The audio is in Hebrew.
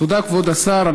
תודה כבוד השר.